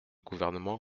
gouvernement